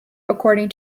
according